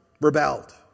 rebelled